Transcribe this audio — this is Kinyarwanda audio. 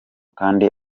kandi